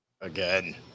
Again